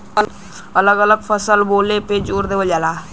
अलग अलग फसल बोले पे जोर देवल जाला